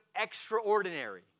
extraordinary